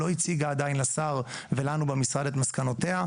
לא הציגה עדיין לשר ולנו במשרד את מסקנותיה,